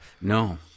No